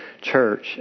church